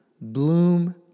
Bloom